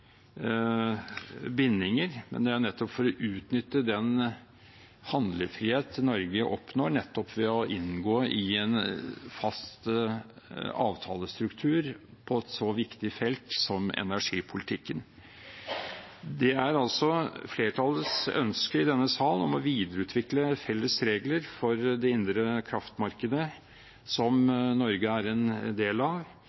bindinger, men nettopp for å utnytte den handlefrihet Norge oppnår ved å inngå i en fast avtalestruktur på et så viktig felt som energipolitikken. Det er altså flertallets ønske i denne sal om å videreutvikle felles regler for det indre kraftmarkedet som Norge er en del av